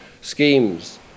schemes